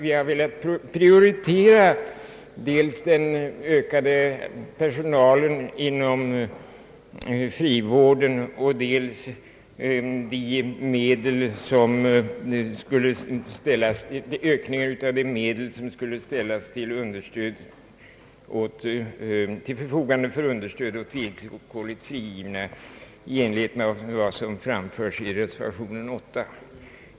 Vi har velat prioritera dels en personalökning inom frivården, dels en ökning av de medel som skall ställas till förfogande för understöd åt villkorligt frigivna, i enlighet med vad som framförts i reservationen 8.